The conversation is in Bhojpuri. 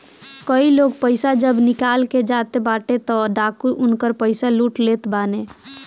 कई लोग पईसा जब निकाल के जाते बाने तअ डाकू उनकर पईसा लूट लेत बाने